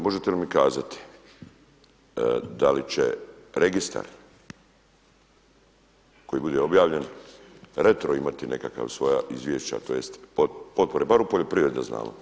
Možete li mi kazati da li će registar koji bude objavljen retro imati nekakva svoja izvješća tj. potpore bar u poljoprivredi da znamo?